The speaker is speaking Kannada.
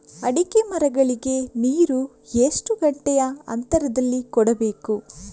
ಅಡಿಕೆ ಮರಗಳಿಗೆ ನೀರು ಎಷ್ಟು ಗಂಟೆಯ ಅಂತರದಲಿ ಕೊಡಬೇಕು?